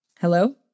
Hello